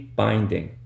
binding